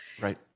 Right